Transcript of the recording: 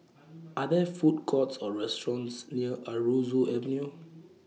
Are There Food Courts Or restaurants near Aroozoo Avenue